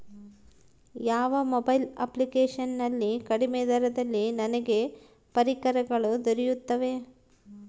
ಯಾವ mobile application ನಲ್ಲಿ ಕಡಿಮೆ ದರದಲ್ಲಿ ನನಗೆ ಪರಿಕರಗಳು ದೊರೆಯುತ್ತವೆ?